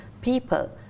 people